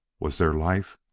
was there life?